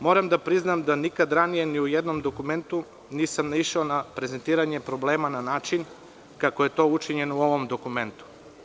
Moram da priznam da nikad ranije ni u jednom dokumentu nisam naišao na prezentiranje problema na način kako je to učinjeno u ovom dokumentu.